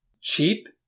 Cheap